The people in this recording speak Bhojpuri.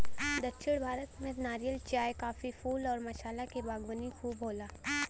दक्षिण भारत में नारियल, चाय, काफी, फूल आउर मसाला क बागवानी खूब होला